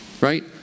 Right